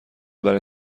برای